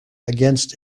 against